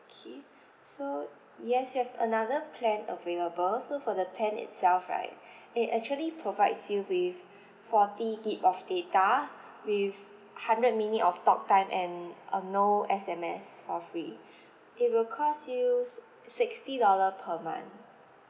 okay so yes we have another plan available so for the plan itself right it actually provides you with forty gig of data with hundred minute of talk time and um no S_M_S for free it will cost you s~ sixty dollar per month